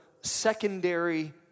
secondary